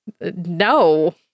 no